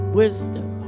wisdom